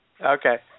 Okay